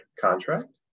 contract